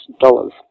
dollars